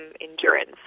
endurance